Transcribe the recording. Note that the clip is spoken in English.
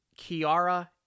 Kiara